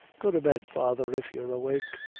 go to bed, father, if you're awake.